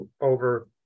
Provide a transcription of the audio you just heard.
over